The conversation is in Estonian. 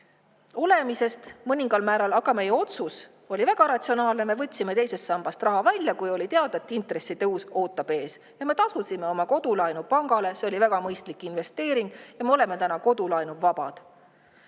olles mõningal määral võitnud, aga meie otsus oli väga ratsionaalne. Me võtsime teisest sambast raha välja, kui oli teada, et intressitõus ootab ees. Me tasusime oma kodulaenu pangale. See oli väga mõistlik investeering ja me oleme täna kodulaenust vabad. Vale